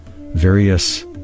various